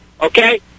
okay